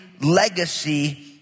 legacy